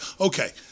okay